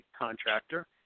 contractor